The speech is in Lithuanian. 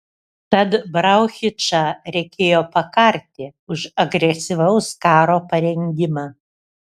tad brauchičą reikėjo pakarti už agresyvaus karo parengimą